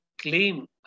claim